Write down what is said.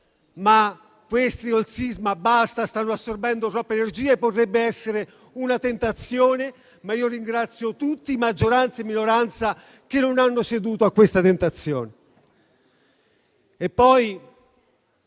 la questione del sisma sta assorbendo troppe energie potrebbe essere una tentazione. Ringrazio quindi tutti, maggioranza e minoranza, perché non hanno ceduto a questa tentazione.